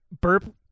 burp